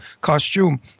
costume